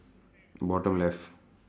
bottom left